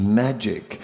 magic